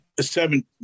seven